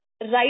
right